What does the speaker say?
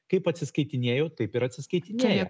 kaip atsiskaitinėjo taip ir atsiskaitinėja